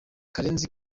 karenzi